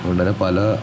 അതുകൊണ്ടുതന്നെ പല